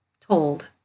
told